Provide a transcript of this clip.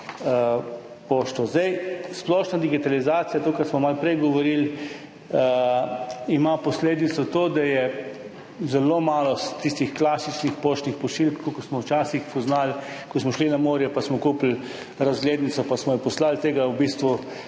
pošto. Splošna digitalizacija, to, o čemer smo malo prej govorili, ima za posledico to, da je zelo malo tistih klasičnih poštnih pošiljk, tako kot smo jih včasih poznali, ko smo šli na morje pa smo kupili razglednico pa smo jo poslali. Tega v bistvu